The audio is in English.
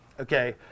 okay